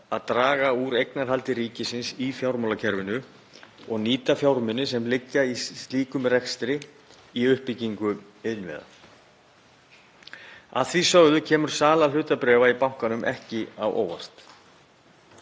að draga úr eignarhaldi ríkisins í fjármálakerfinu og nýta fjármuni sem liggja í slíkum rekstri í uppbyggingu innviða. Að því sögðu kemur sala hlutabréfa í bankanum ekki á óvart.